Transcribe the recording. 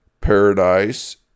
Paradise